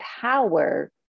power